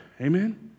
Amen